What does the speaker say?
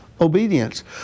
Obedience